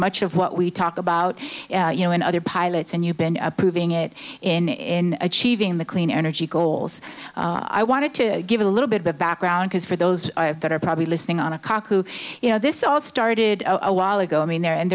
much of what we talk about you know and other pilots and you've been approving it in achieving the clean energy goals i wanted to give you a little bit of background because for those that are probably listening on a kaku you know this all started a while ago i mean there and